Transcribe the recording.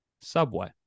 Subway